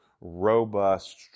robust